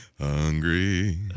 Hungry